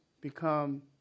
become